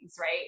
right